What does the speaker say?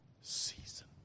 season